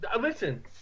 listen